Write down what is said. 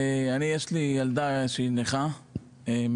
יש לי ילדה שהיא נכה,